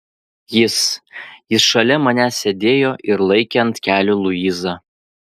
jis jis šalia manęs sėdėjo ir laikė ant kelių luizą